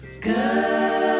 Girl